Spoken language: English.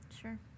Sure